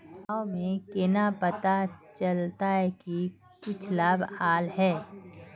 गाँव में केना पता चलता की कुछ लाभ आल है?